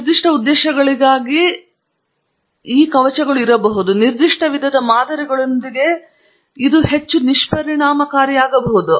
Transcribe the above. ಕೆಲವು ನಿರ್ದಿಷ್ಟ ಉದ್ದೇಶಗಳಿಗಾಗಿ ಇದು ಸಾಕಷ್ಟು ಇರಬಹುದು ನಿರ್ದಿಷ್ಟ ವಿಧದ ಮಾದರಿಗಳೊಂದಿಗೆ ಇದು ಹೆಚ್ಚು ನಿಷ್ಪರಿಣಾಮಕಾರಿಯಾಗಬಹುದು